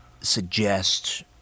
suggest